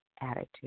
attitude